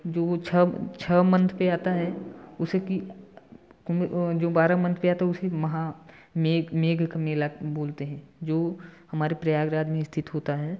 जो छः मन्थ पे आता है उसकी कुम्भ जो बारह मन्थ पे आता है उसे महा मेघ का मेला बोलते हैं जो हमारे प्रयागराज में स्थित होता है